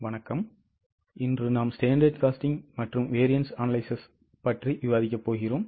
வணக்கம் இன்று நாம் standard costing மற்றும் variance analysis பற்றி விவாதிக்கப் போகிறோம்